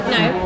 no